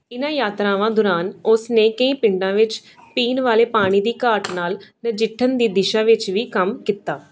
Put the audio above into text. ਇਨ੍ਹਾਂ ਯਾਤਰਾਵਾਂ ਦੌਰਾਨ ਉਸ ਨੇ ਕਈ ਪਿੰਡਾਂ ਵਿੱਚ ਪੀਣ ਵਾਲੇ ਪਾਣੀ ਦੀ ਘਾਟ ਨਾਲ ਨਜਿੱਠਣ ਦੀ ਦਿਸ਼ਾ ਵਿੱਚ ਵੀ ਕੰਮ ਕੀਤਾ